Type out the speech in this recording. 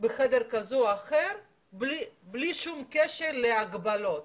בחדר כזה או אחר בלי שום קשר להגבלות